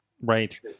right